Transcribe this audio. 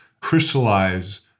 crystallize